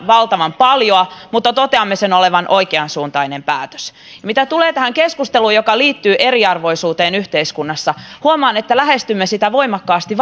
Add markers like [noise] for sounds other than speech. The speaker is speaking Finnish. valtavan paljon mutta toteamme sen olevan oikeansuuntainen päätös mitä tulee tähän keskusteluun joka liittyy eriarvoisuuteen yhteiskunnassa huomaan että lähestymme sitä voimakkaasti [unintelligible]